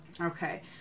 Okay